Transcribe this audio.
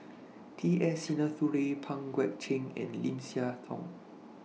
T S Sinnathuray Pang Guek Cheng and Lim Siah Tong